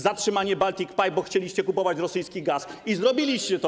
Zatrzymanie Baltic Pipe, bo chcieliście kupować rosyjski gaz i zrobiliście to.